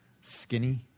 skinny